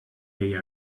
they